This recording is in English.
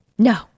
No